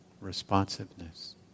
responsiveness